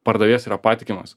pardavėjas yra patikimas